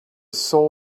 soul